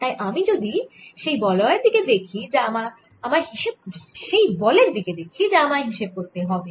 তাই আমি যদি সেই বলের দিকে দেখি যা আমায় হিসেব করতে হবে